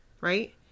right